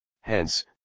Hence